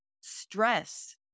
stress